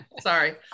Sorry